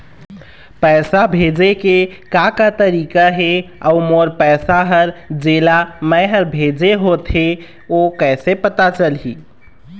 पैसा भेजे के का का तरीका हे अऊ मोर पैसा हर जेला मैं हर भेजे होथे ओ कैसे पता चलही?